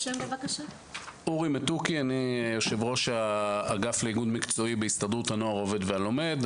אני יושב-ראש האגף לאיגוד מקצועי בהסתדרות הנוער העובד והלומד.